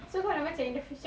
mm